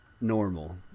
normal